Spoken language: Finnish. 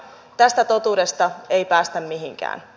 tästä totuudesta ei päästä mihinkään